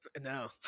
No